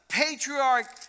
patriarch